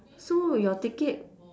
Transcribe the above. so your ticket